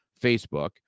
Facebook